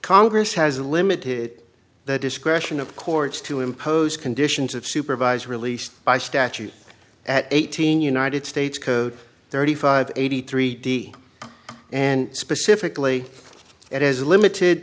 congress has limited the discretion of courts to impose conditions of supervised release by statute at eighteen united states code thirty five eighty three d and specifically it has limited